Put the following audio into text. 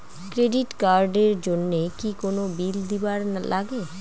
Credit card এর জন্যে কি কোনো বিল দিবার লাগে?